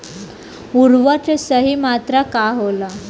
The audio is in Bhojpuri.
उर्वरक के सही मात्रा का होला?